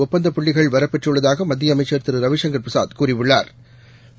ஒப்பந்தப் புள்ளிகள் வரப்பெற்றுள்ளதாகமத்தியஅமைச்சா் திருரவிசங்கா் பிரசாத் கூறியுள்ளாா்